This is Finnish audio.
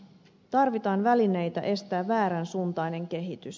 tarvitaan välineitä estää vääränsuuntainen kehitys